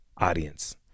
audience